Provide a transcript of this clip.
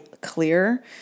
clear